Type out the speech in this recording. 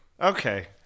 Okay